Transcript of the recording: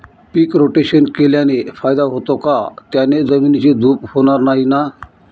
पीक rotation केल्याने फायदा होतो का? त्याने जमिनीची धूप होणार नाही ना?